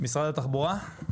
משרד התחבורה?